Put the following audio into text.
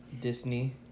Disney